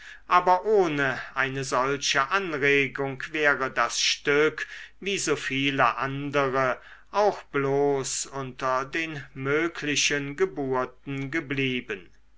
aber ohne eine solche anregung wäre das stück wie so viele andere auch bloß unter den möglichen geburten geblieben